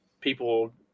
people